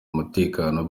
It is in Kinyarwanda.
umutekano